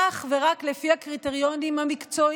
אך ורק לפי הקריטריונים המקצועיים,